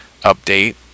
update